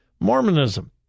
Mormonism